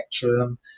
spectrum